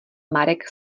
marek